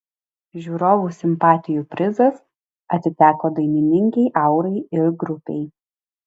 žiūrovų simpatijų prizas atiteko dainininkei aurai ir grupei